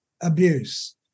abuse